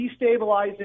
destabilizing